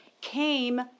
came